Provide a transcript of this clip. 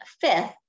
fifth